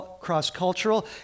cross-cultural